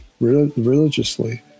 religiously